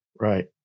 Right